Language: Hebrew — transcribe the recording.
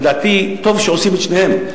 לדעתי טוב שעושים את שניהם,